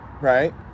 right